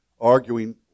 arguing